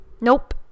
nope